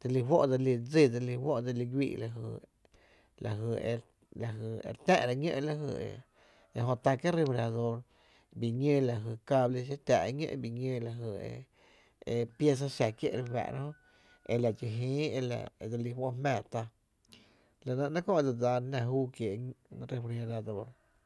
dslí fó’ e dse lí dsí, dse lí juó’ e dse li gUíi’ la jy, la jy e, la jy e re tä’ra ñó la jy e ejö tá kiee’ refrigerador bi ñoo la jy cable xi táá’ ñó’, bii ñóó la jy e pieza xa kié’ re fáá’ra jö e la dxi jïí e la dse lí juó’ jmⱥⱥ tá la nɇ nɇɇ’ köö e dse dsáána jná juu kiéé’ e xin refrigerador.